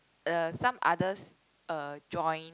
the some others uh join